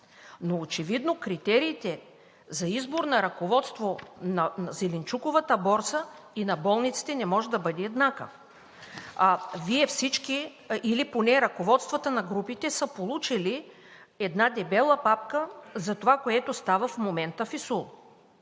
но очевидно критериите за избор на ръководство на зеленчуковата борса и на болниците не може да бъде еднакъв. Вие всички или поне ръководствата на групите са получили една дебела папка за това, което става в момента в ИСУЛ.